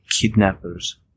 kidnappers